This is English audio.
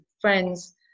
friends